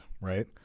right